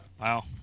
Wow